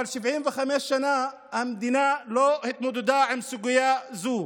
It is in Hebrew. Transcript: אבל 75 שנה המדינה לא התמודדה עם סוגיה זו.